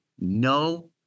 no